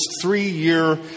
three-year